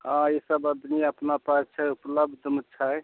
हाँ ई सभ अभी अपना पास छै उपलब्धमे छै